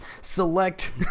select